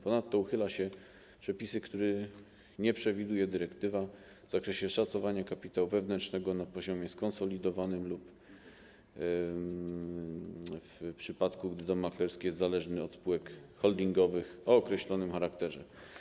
Ponadto uchyla się przepisy, których nie przewiduje dyrektywa, w zakresie szacowania kapitału wewnętrznego na poziomie skonsolidowanym, w przypadku gdy dom maklerski jest zależny od spółek holdingowych o określonym charakterze.